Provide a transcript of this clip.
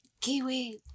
Kiwi